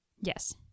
Yes